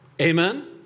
Amen